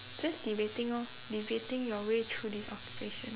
just debating orh debating your way through this occupation